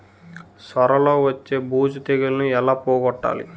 సొర లో వచ్చే బూజు తెగులని ఏల పోగొట్టాలి?